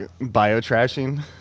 bio-trashing